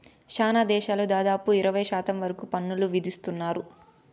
శ్యానా దేశాలు దాదాపుగా ఇరవై శాతం వరకు పన్నులు విధిత్తున్నారు